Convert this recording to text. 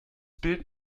bild